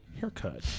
haircut